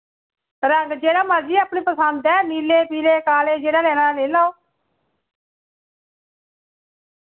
रंग जेह्ड़ा मर्जी अपनी पसंद ऐ नीले पीले काले जेह्ड़ा लेना लेई लाओ